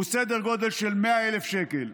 הוא סדר גודל של 100,000 שקל.